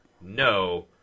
no